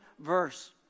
verse